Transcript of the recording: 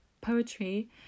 poetry